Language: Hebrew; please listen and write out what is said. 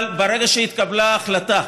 אבל ברגע שהתקבלה ההחלטה